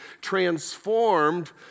transformed